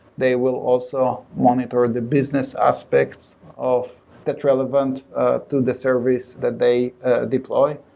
they will also monitor the business aspects of that's relevant ah to the service that they ah deploy.